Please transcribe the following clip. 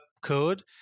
code